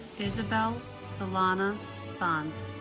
isabelle solana spaans